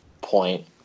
point